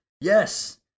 yes